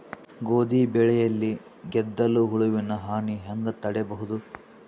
ಗೋಧಿ ಬೆಳೆಯಲ್ಲಿ ಗೆದ್ದಲು ಹುಳುವಿನ ಹಾನಿ ಹೆಂಗ ತಡೆಬಹುದು?